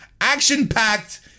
action-packed